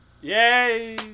Yay